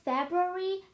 February